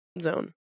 zone